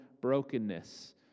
brokenness